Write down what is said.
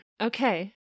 Okay